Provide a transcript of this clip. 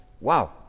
wow